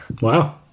Wow